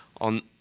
on